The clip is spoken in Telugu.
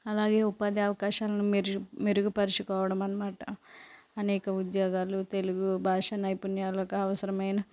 అలాగే ఉపాధి అవకాశాలను మెరుజు మెరుగుపరుచుకోవడం అనమాట అనేక ఉద్యోగాలు తెలుగు భాష నైపుణ్యాలకు అవసరమైన